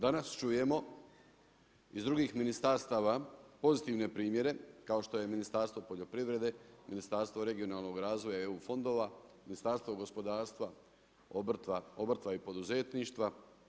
Danas čujemo iz drugih ministarstava pozitivne primjere kao što je Ministarstvo poljoprivrede, Ministarstvo regionalnog razvoja i EU fondova, Ministarstvo gospodarstva, obrta i poduzetništva.